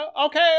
Okay